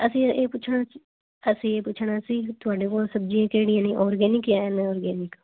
ਅਸੀਂ ਇਹ ਪੁੱਛਣਾ ਅਸੀਂ ਇਹ ਪੁੱਛਣਾ ਸੀ ਤੁਹਾਡੇ ਕੋਲ ਸਬਜ਼ੀਆਂ ਕਿਹੜੀਆਂ ਨੇ ਔਰਗੈਨਿਕ ਜਾਂ ਅਨਔਰਗੈਨਿਕ